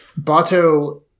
Bato